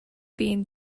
being